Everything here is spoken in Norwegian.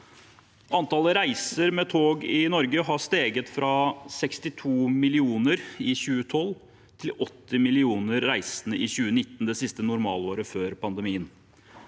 Antallet reiser med tog i Norge har steget fra 62 millioner i 2012 til 80 millioner reisende i 2019, det siste normalåret før pandemien.